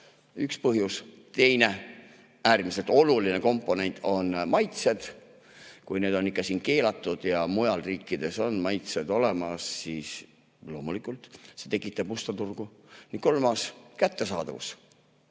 üks põhjus. Teine äärmiselt oluline komponent on maitsed. Kui need on siin keelatud ja mujal riikides on maitsed olemas, siis loomulikult see tekitab musta turgu. Ning kolmas